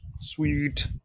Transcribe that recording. Sweet